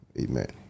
amen